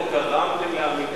אולי לא גרמתם להאמין,